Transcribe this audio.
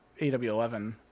AW11